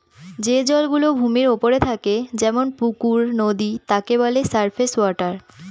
যে জল গুলো ভূমির ওপরে থাকে যেমন পুকুর, নদী তাকে বলে সারফেস ওয়াটার